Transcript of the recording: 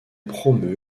promeut